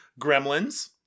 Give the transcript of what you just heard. Gremlins